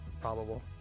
probable